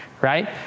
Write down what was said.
right